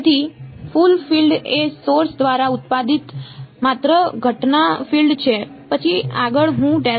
તેથી કુલ ફીલ્ડ એ સોર્સ દ્વારા ઉત્પાદિત માત્ર ઘટના ફીલ્ડ છે પછી આગળ હું લખીશ